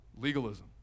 Legalism